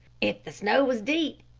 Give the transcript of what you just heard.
if the snow was deep,